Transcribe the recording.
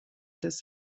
des